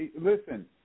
Listen